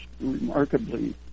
remarkably